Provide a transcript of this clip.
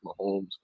Mahomes